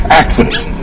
accidents